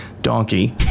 Donkey